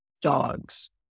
dogs